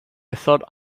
thought